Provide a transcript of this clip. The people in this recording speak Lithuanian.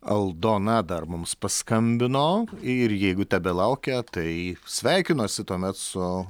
aldona dar mums paskambino ir jeigu tebelaukia tai sveikinuosi tuomet su